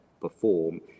perform